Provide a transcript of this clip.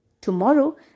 Tomorrow